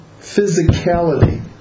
Physicality